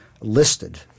listed